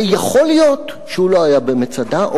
ויכול להיות שהוא לא היה במצדה,